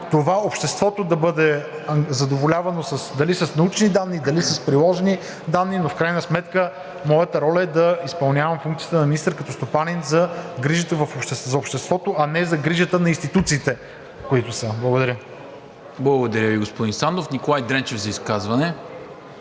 това общество – да бъде задоволявано, дали с научни данни, дали с приложни данни, но в крайна сметка моята роля е да изпълнявам функцията на министър като стопанин за грижата за обществото, а не за грижата на институциите, които са. Благодаря. ПРЕДСЕДАТЕЛ НИКОЛА МИНЧЕВ: Благодаря Ви, господин Сандов. Николай Дренчев, за изказване.